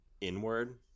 inward